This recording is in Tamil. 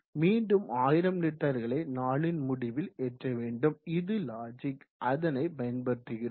மீண்டும் 1000 லிட்டர்களை நாளின் முடிவில் ஏற்றவேண்டும் இது லாஜிக் அதனை பயன்படுத்துகிறோம்